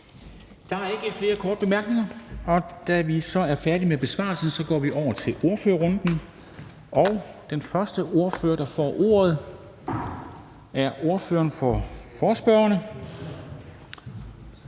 Der er ikke flere korte bemærkninger, og da vi så er færdige med besvarelsen, går vi over til ordførerrunden. Den første ordfører, der får ordet, er ordføreren for forespørgerne,